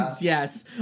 Yes